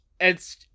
It's-